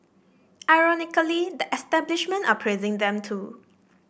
ironically the establishment are praising them too